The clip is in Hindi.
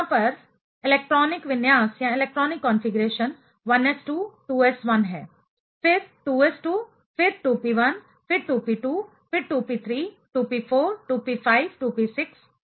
तो यहाँ पर इलेक्ट्रॉनिक विन्यास कॉन्फ़िगरेशन 1s2 2s1 है फिर 2s2 फिर 2p1 2p2 2p3 2p4 2p5 2p6 सही